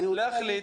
להחליט